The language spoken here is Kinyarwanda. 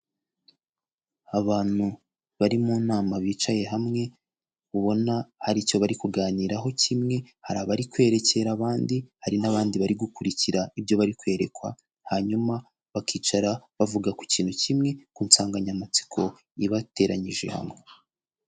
Abantu bari mu nama bicaye hamwe, ubona hari icyo bari kuganiraho kimwe, hari abari kwerekera abandi, hari n'abandi bari gukurikira ibyo bari kwerekwa, hanyuma bakicara bavuga ku kintu kimwe ku nsanganyamatsiko ibateranyije hamwe.